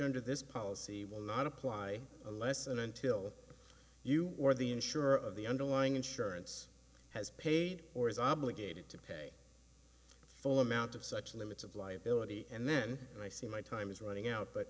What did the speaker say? under this policy will not apply a lesson until you or the insurer of the underlying insurance has paid or is obligated to pay full amount of such limits of liability and then i see my time is running out but